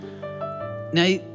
Now